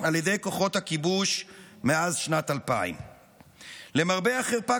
על ידי כוחות הכיבוש מאז שנת 2000. למרבה החרפה,